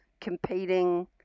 competing